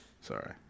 Sorry